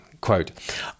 Quote